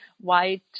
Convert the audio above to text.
white